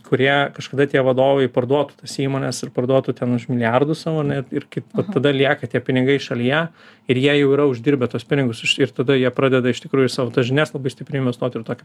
kurie kažkada tie vadovai parduotų tas įmones ir parduotų ten už milijardus savo ir kaip vat tada lieka tie pinigai šalyje ir jie jau yra uždirbę tuos pinigus ir tada jie pradeda iš tikrųjų į savo tas žinias labai stipriai investuot ir tokią